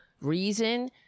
reason